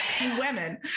women